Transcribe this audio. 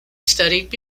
studied